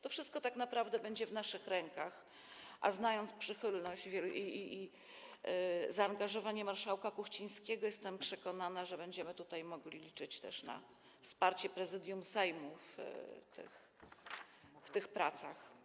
To wszystko tak naprawdę będzie w naszych rękach, a znając przychylność i zaangażowanie marszałka Kuchcińskiego, jestem przekonana, że będziemy mogli liczyć też na wsparcie Prezydium Sejmu w tych pracach.